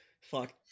Fuck